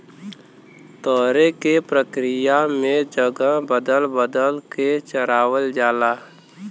तरे के प्रक्रिया में जगह बदल बदल के चरावल जाला